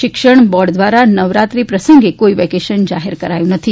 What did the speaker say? શિક્ષણ બોર્ડ દ્વારા નવરાત્રિ પ્રસંગે કોઈ વેકેશન જાહેર કરાયું નથી